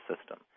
system